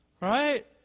right